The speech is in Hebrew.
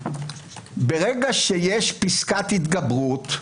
ברגע שיש פסקת התגברות,